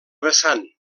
vessant